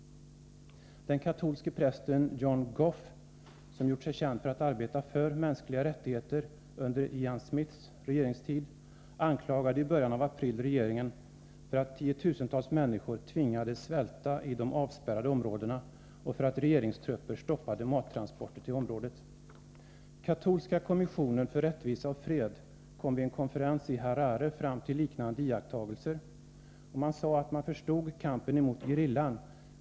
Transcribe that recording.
Den katolska prästen John Gough, som gjort sig känd för att arbeta för mänskliga rättigheter under Ian Smiths regeringstid, anklagade i början av april regeringen för att den tvingade tiotusentals människor i de avspärrade områdena att svälta och för att regeringstrupper stoppade mattransporter till området. Katolska kommissionen för rättvisa och fred redovisade vid en konferens i Harare liknande iakttagelser. Man sade att man förstod kampen mot gerillan.